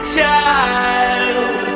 child